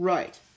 Right